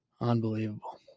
Unbelievable